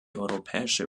europäische